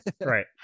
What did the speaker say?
Right